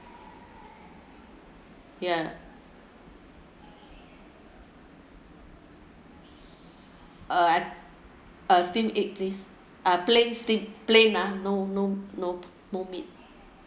ya uh I steam egg please uh plain steam plain ah no no no no meat